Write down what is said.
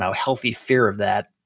healthy fear of that,